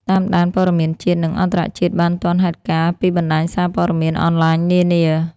តាមដានព័ត៌មានជាតិ និងអន្តរជាតិបានទាន់ហេតុការណ៍ ពីបណ្ដាញសារព័ត៌មានអនឡាញនានា។